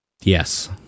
Yes